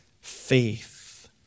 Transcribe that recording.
faith